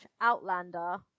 outlander